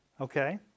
Okay